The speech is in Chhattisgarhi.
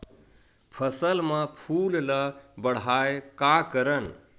फसल म फूल ल बढ़ाय का करन?